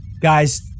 Guys